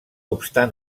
obstant